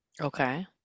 Okay